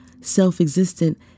self-existent